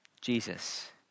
Jesus